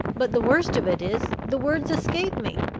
but the worst of it is, the words escape me.